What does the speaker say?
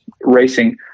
racing